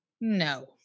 no